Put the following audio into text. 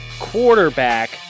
Quarterback